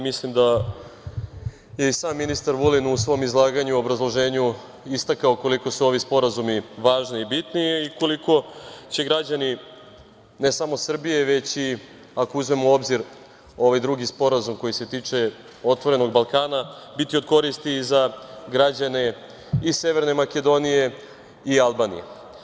Mislim da je i sam ministar Vulin u svom izlaganju, obrazloženju istakao koliko se ovi sporazumi važni i bitni i koliko će građani, ne samo Srbije, već i ako uzmemo u obzir ovaj drugi sporazum koji se tiče „Otvorenog Balkana“ biti od koristi za građane i Severne Makedonije i Albanije.